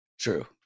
True